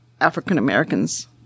African-Americans